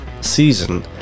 season